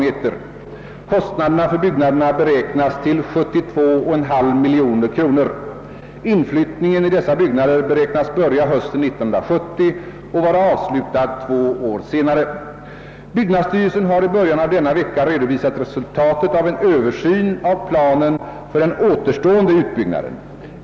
Kostnaderna för byggnaderna beräknas till 72,5 miljoner kronor. Inflyttningen i dessa byggnader beräknas börja hösten 1970 och vara avslutad två år senare. Byggnadsstyrelsen har i början av denna vecka redovisat resultatet av en översyn av planen för den återstående utbyggnaden.